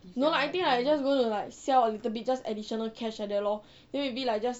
no lah I think I just go to like sell a little bit just additional cash like that lor then maybe like just